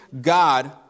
God